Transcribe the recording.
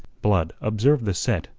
blood observed the set,